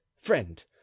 friend